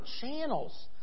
channels